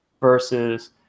Versus